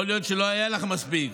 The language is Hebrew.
יכול להיות שלא היו לך מספיק,